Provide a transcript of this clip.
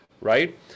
right